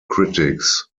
critics